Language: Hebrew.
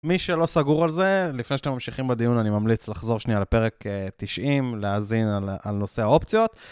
מי שלא סגור על זה, לפני שאתם ממשיכים בדיון, אני ממליץ לחזור שנייה לפרק 90, להאזין על נושא האופציות.